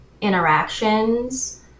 interactions